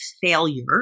failure